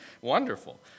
wonderful